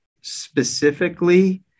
specifically